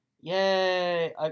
Yay